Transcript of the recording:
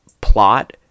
plot